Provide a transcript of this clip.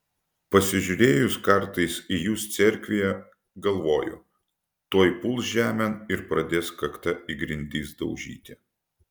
pasižiūrėjus kartais į jus cerkvėje galvoju tuoj puls žemėn ir pradės kakta į grindis daužyti